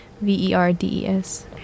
V-E-R-D-E-S